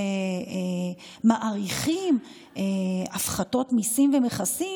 מאריכים הפחתות מיסים ומכסים,